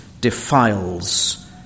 defiles